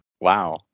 Wow